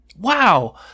Wow